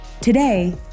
Today